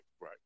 right